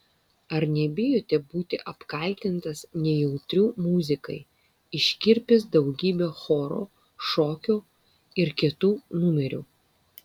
ar nebijote būti apkaltintas nejautriu muzikai iškirpęs daugybę choro šokio ir kitų numerių